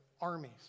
armies